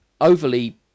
overly